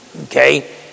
Okay